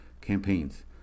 campaigns